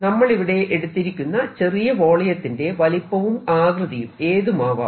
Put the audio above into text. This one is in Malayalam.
നമ്മളിവിടെ എടുത്തിരിക്കുന്ന ചെറിയ വോളിയത്തിന്റെ വലുപ്പവും ആകൃതിയും ഏതുമാവാം